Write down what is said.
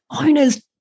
owner's